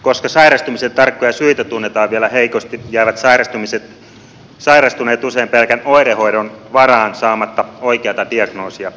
koska sairastumisen tarkkoja syitä tunnetaan vielä heikosti jäävät sairastuneet usein pelkän oirehoidon varaan saamatta oikeata diagnoosia